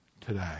today